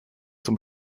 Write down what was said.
zum